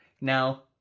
Now